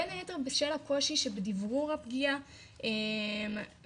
בין היתר בשל הקושי בשל דוורור הפגיעה ולקשיים